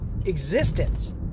existence